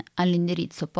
all'indirizzo